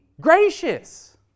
gracious